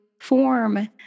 form